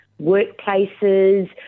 workplaces